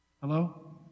Hello